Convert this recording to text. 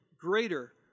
greater